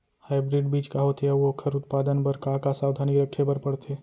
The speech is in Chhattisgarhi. हाइब्रिड बीज का होथे अऊ ओखर उत्पादन बर का का सावधानी रखे बर परथे?